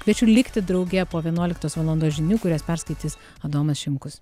kviečiu likti drauge po vienuoliktos valandos žinių kurias perskaitys adomas šimkus